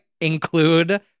include